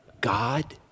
God